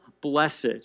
blessed